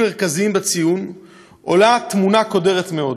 מרכזיים בציון עולה תמונה קודרת מאוד.